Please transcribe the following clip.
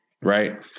right